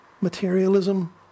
materialism